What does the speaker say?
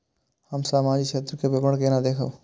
हम सामाजिक क्षेत्र के विवरण केना देखब?